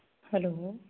hello